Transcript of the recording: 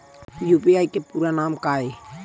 UPI के पूरा नाम का ये?